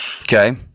Okay